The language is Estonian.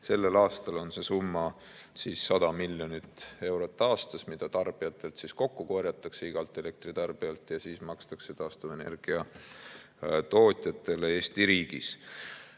Sellel aastal on see summa 100 miljonit eurot aastas, mida tarbijatelt kokku korjatakse – igalt elektritarbijalt – ja siis makstakse taastuvenergia tootjatele Eesti riigis.